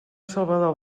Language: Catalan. salvador